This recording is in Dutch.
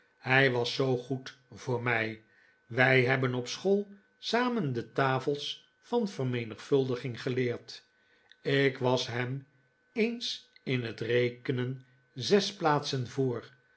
hij was zoo goed voor mij wij hebben op school samen de tafels van vermenigvuldiging geleerd ik was hem eens in het rekenen zes plaatsen voor